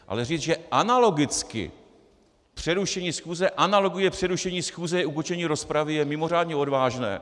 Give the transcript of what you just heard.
Ale říct, že analogicky přerušení schůze, analogie přerušení schůze je ukončení rozpravy, je mimořádně odvážné.